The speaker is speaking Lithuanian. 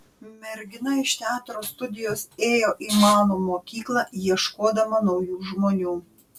mergina iš teatro studijos ėjo į mano mokyklą ieškodama naujų žmonių